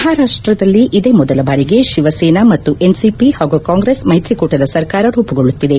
ಮಹಾರಾಷ್ಷದಲ್ಲಿ ಇದೇ ಮೊದಲ ಬಾರಿಗೆ ಶಿವಸೇನಾ ಮತ್ತು ಎನ್ಸಿಪಿ ಹಾಗೂ ಕಾಂಗ್ರೆಸ್ ಮೈತ್ರಿಕೂಟದ ಸರ್ಕಾರ ರೂಪುಗೊಳ್ಳುತ್ತಿದೆ